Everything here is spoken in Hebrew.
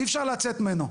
אי אפשר לצאת ממנו.